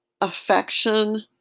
affection